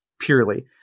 purely